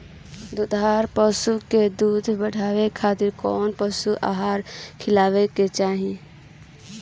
दुग्धारू पशु के दुध बढ़ावे खातिर कौन पशु आहार खिलावल जाले?